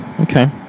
Okay